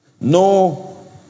No